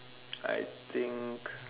I think